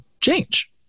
change